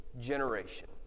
generation